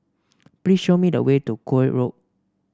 please show me the way to Koek Road